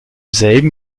selben